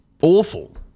awful